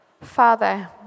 Father